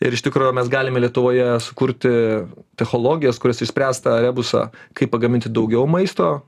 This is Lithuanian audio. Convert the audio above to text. ir iš tikro mes galime lietuvoje sukurti technologijas kurios išspręs tą rebusą kaip pagaminti daugiau maisto